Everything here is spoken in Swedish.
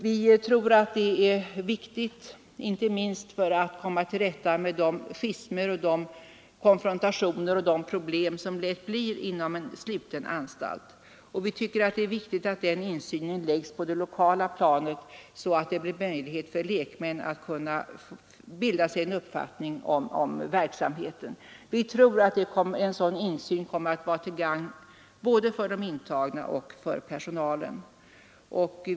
Vi tror att det är viktigt — inte minst för att komma till rätta med de schismer, de konfrontationer och de problem som lätt uppstår inom en sluten anstalt — att den insynen läggs på det lokala planet, så att det blir möjligt för lekmän att bilda sig en uppfattning om verksamheten. Vi tror att en sådan översyn kommer att vara till gagn både för de intagna och för personalen.